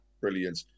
brilliant